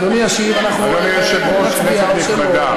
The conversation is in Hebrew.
אדוני ישיב, אנחנו נצביע, או שלא.